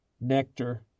nectar